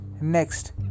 Next